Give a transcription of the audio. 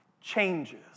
changes